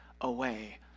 away